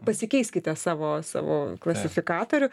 pasikeiskite savo savo klasifikatorių